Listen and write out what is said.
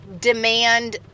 Demand